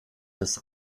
des